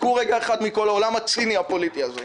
תתנתקו רגע אחד מהעולם הציני הפוליטי הזה.